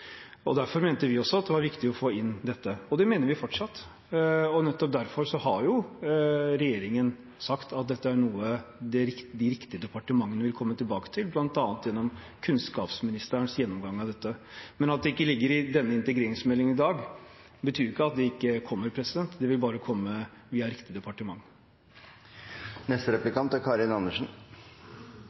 banehalvdel. Derfor mente vi også at det var viktig å få inn dette, og det mener vi fortsatt. Nettopp derfor har regjeringen sagt at dette er noe de riktige departementene vil komme tilbake til, bl.a. gjennom kunnskapsministerens gjennomgang av dette. Men at det ikke ligger i denne integreringsmeldingen i dag, betyr jo ikke at det ikke kommer. Det vil bare komme via riktig departement. Først er